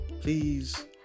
Please